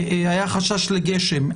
היה חשש לגשם,